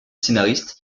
scénariste